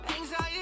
Anxiety